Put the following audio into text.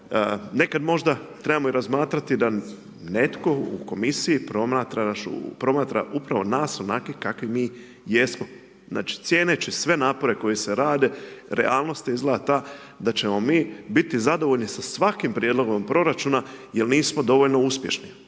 nekada možda trebamo razmatrati da netko komisija promatra upravo nas onakvi kakvi mi jesmo. Znači cijene će sve …/Govornik se ne razumije./… koji se rade, realnost izgleda ta, da ćemo mi biti zadovoljni sa svakim prijedlogom proračuna. jer nismo dovoljno uspješni.